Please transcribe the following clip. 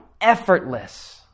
effortless